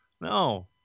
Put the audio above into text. No